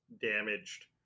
damaged